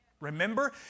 Remember